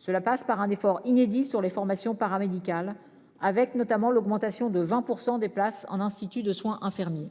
Cela passe par un effort inédit sur les formations paramédicales avec notamment l'augmentation de 20% des places en instituts de soins infirmiers.